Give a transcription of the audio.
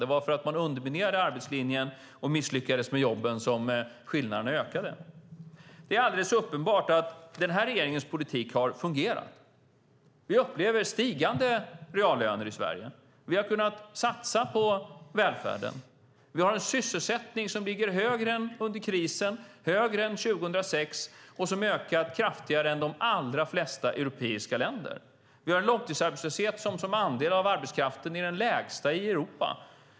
Det var för att man underminerade arbetslinjen och misslyckades med jobben som skillnaderna ökade. Det är alldeles uppenbart att den här regeringens politik har fungerat. Vi upplever stigande reallöner i Sverige. Vi har kunnat satsa på välfärden. Vi har en sysselsättning som ligger högre än under krisen, högre än 2006 och som ökat kraftigare än i de allra flesta europeiska länder. Vi har en långtidsarbetslöshet som till andel av arbetskraften är den lägsta i Europa.